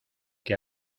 que